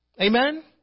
Amen